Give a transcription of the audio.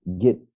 get